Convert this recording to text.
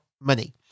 money